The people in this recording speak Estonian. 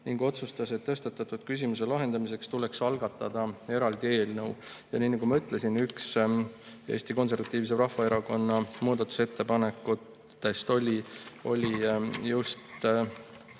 ning otsustas, et tõstatatud küsimuse lahendamiseks tuleks algatada eraldi eelnõu. Nagu ma ütlesin, üks Eesti Konservatiivse Rahvaerakonna muudatusettepanekutest oli just